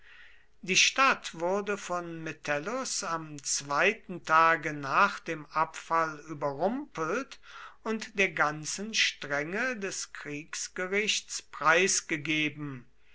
die stadt wurde von metellus am zweiten tage nach dem abfall überrumpelt und der ganzen strenge des kriegsgerichts preisgegeben